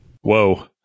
Whoa